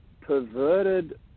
perverted